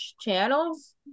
channels